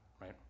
right